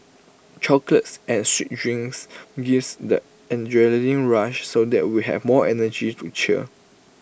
chocolates and sweet drinks gives the adrenaline rush so that we have more energy to cheer